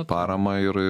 paramą ir